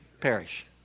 perish